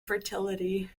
fertility